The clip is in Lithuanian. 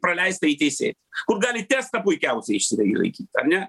praleista į teisė kur gali testą puikiausiai išsilaikyt ar ne